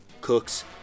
cooks